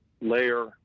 layer